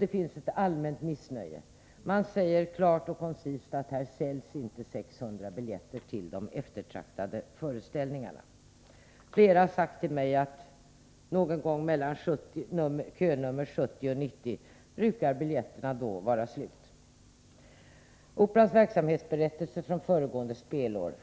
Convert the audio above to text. Det råder ett allmänt missnöje, och det sägs klart och koncist att det inte säljs 600 biljetter till de eftertraktade föreställningarna. Många har sagt att biljetterna brukar vara slut vid könumren 70-90. Nu föreligger Operans verksamhetsberättelse från föregående spelår.